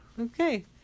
Okay